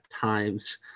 times